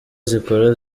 zikora